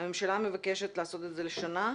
הממשלה מבקשת לעשות את זה לשנה?